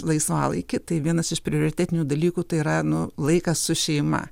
laisvalaikį tai vienas iš prioritetinių dalykų tai yra nu laikas su šeima